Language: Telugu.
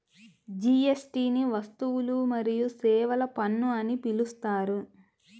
జీఎస్టీని వస్తువులు మరియు సేవల పన్ను అని పిలుస్తారు